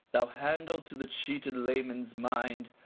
thou handle to the cheated layman's mind,